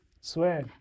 Swear